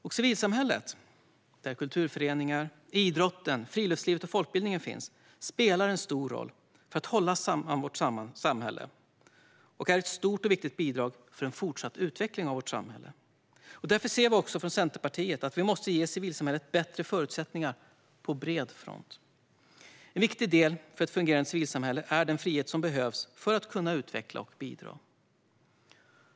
Civilsamhället, där kulturföreningarna, idrotten, friluftslivet och folkbildningen finns, spelar en stor roll för att hålla samman vårt samhälle och är ett stort och viktigt bidrag för fortsatt utveckling av vårt samhälle. Därför ser vi från Centerpartiets sida att vi måste ge civilsamhället bättre förutsättningar på bred front. En viktig del för ett fungerande civilsamhälle är den frihet som behövs för att kunna utveckla och bidra.